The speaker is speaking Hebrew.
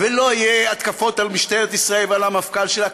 ולא יהיו התקפות על משטרת ישראל ועל המפכ"ל שלה.